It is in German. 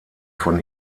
von